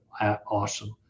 awesome